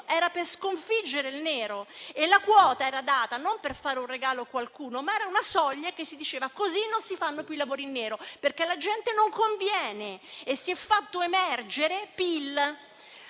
era per sconfiggere il nero e la quota era data non per fare un regalo a qualcuno, ma era una soglia che consentiva di dire che così non si facevano più i lavori in nero, perché alla gente non conveniva e si è fatto emergere PIL.